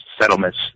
settlements